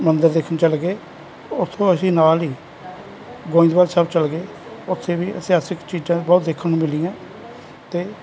ਮੰਦਰ ਦੇਖਣ ਚਲ ਗਏ ਉਥੋਂ ਅਸੀਂ ਨਾਲ ਹੀ ਗੋਇੰਦਵਾਲ ਸਾਹਿਬ ਚੱਲ ਗਏ ਉੱਥੇ ਵੀ ਇਤਿਹਾਸਿਕ ਚੀਜ਼ਾਂ ਬਹੁਤ ਦੇਖਣ ਨੂੰ ਮਿਲੀਆਂ ਤੇ